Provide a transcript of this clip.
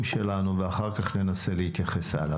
ואז ננסה להתייחס הלאה.